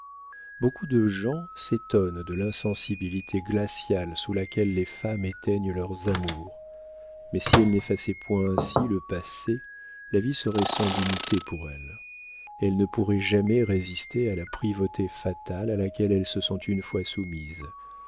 beaucoup de gens s'étonnent de l'insensibilité glaciale sous laquelle les femmes éteignent leurs amours mais si elles n'effaçaient point ainsi le passé la vie serait sans dignité pour elles elles ne pourraient jamais résister à la privauté fatale à laquelle elles se sont une fois soumises